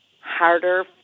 harder